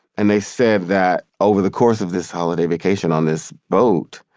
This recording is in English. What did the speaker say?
and they said that over the course of this holiday vacation on this boat,